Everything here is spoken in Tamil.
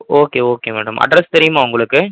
ஓகே ஓகே மேடம் அட்ரஸ் தெரியுமா உங்களுக்கு